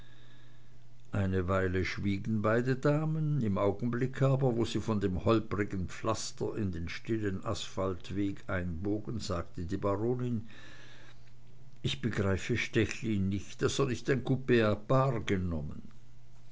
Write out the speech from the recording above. eine weile schwiegen beide damen im augenblick aber wo sie von dem holprigen pflaster in den stillen asphaltweg einbogen sagte die baronin ich begreife stechlin nicht daß er nicht ein coup